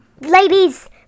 ladies